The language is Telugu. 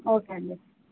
ఓకే అండి